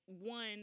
one